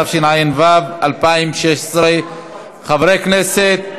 התשע"ו 2016. חברי הכנסת,